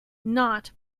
not